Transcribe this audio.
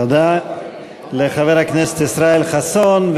תודה לחבר הכנסת ישראל חסון.